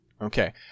Okay